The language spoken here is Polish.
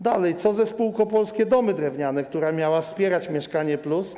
Dalej, co ze spółką Polskie Domy Drewniane, która miała wspierać „Mieszkanie+”